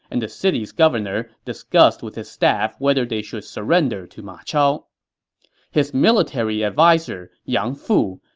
and the city's governor discussed with his staff whether they should surrender to ma chao his military adviser, yang fu,